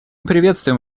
приветствуем